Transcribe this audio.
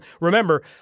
Remember